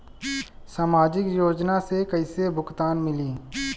सामाजिक योजना से कइसे भुगतान मिली?